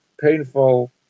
painful